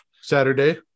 Saturday